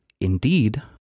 indeed